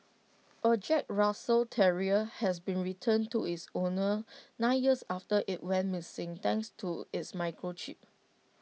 A Jack Russell terrier has been returned to its owners nine years after IT went missing thanks to its microchip